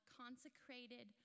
consecrated